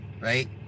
right